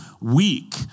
weak